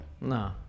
no